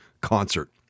concert